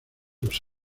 los